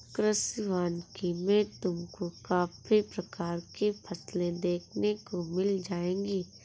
कृषि वानिकी में तुमको काफी प्रकार की फसलें देखने को मिल जाएंगी